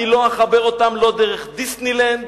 אני לא אחבר אותם לא דרך דיסנילנד,